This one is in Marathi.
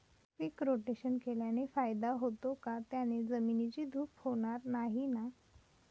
पीक रोटेशन केल्याने फायदा होतो का? त्याने जमिनीची धूप होणार नाही ना?